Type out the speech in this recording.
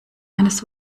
eines